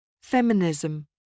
feminism